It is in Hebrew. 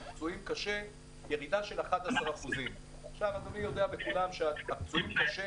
פצועים קשה יש ירידה של 11%. אדוני יודע שהפצועים קשה